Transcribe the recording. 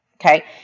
okay